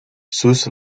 sus